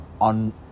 on